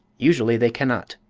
usually they cannot,